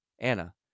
Anna